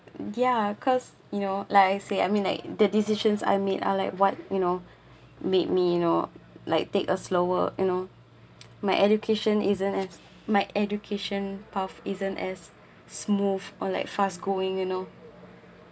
ya cause you know like I say I mean like the decisions I made are like what you know made me you know like take a slower you know my education isn't as my education path isn't as smooth or like fast going you know